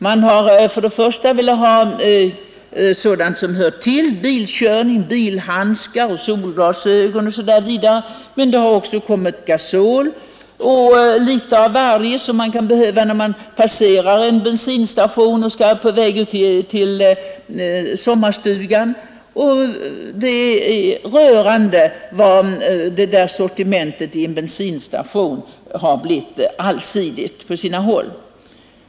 Man har först och främst velat ha sådant som hör till bilkörning — bilhandskar, solglasögon osv. — men det har också kommit gasol och litet av varje som man kan behöva köpa när man passerar en bensinstation på väg ut till sommarstugan. Det är rörande vad sortimentet på en bensinstation har blivit allsidigt på sina håll.